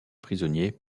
prisonnier